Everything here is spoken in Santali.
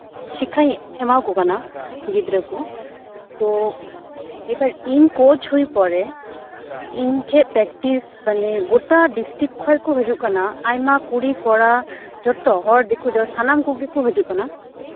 ᱥᱤᱠᱠᱷᱟᱧ ᱮᱢᱟᱣᱠᱚ ᱠᱟᱱᱟ ᱜᱤᱫᱽᱨᱟᱹ ᱠᱚ ᱛᱚ ᱮᱵᱟᱨ ᱤᱧ ᱠᱚᱪ ᱦᱩᱭ ᱯᱚᱨᱮ ᱤᱧᱴᱷᱮᱡ ᱯᱨᱮᱠᱴᱤᱥ ᱢᱟᱱᱮ ᱜᱳᱴᱟ ᱰᱤᱥᱴᱤᱠ ᱠᱷᱚᱡ ᱠᱚ ᱦᱤᱡᱩᱜ ᱠᱟᱱᱟ ᱟᱭᱢᱟ ᱠᱩᱲᱤ ᱠᱚᱲᱟ ᱡᱚᱛᱚ ᱦᱚᱲ ᱫᱤᱠᱩ ᱥᱟᱱᱟᱢ ᱠᱚᱜᱮ ᱠᱚ ᱦᱤᱡᱩᱜ ᱠᱟᱱᱟ